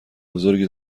بزرگی